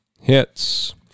hits